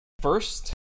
first